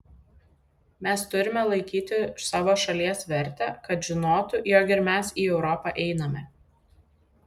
mes turime laikyti savo šalies vertę kad žinotų jog ir mes į europą einame